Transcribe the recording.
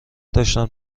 داشتم